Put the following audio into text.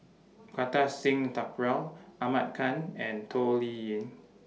Kartar Singh Thakral Ahmad Khan and Toh Liying